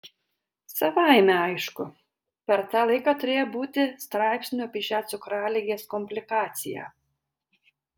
savaime aišku per tą laiką turėjo būti straipsnių apie šią cukraligės komplikaciją